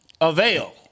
avail